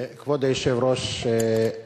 כבוד היושב-ראש,